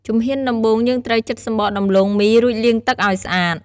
ជំហានដំបូង យើងត្រូវចិតសំបកដំឡូងមី រួចលាងទឹកឱ្យស្អាត។